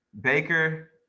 Baker